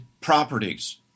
properties